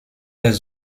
les